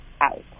out